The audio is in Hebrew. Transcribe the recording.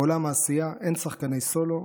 בעולם העשייה אין שחקני סולו,